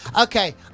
Okay